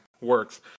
works